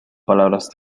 palabras